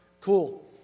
Cool